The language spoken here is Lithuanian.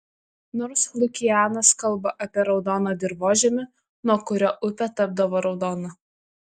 nors lukianas kalba apie raudoną dirvožemį nuo kurio upė tapdavo raudona